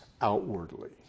outwardly